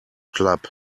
club